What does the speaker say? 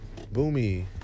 Boomy